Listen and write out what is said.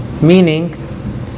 meaning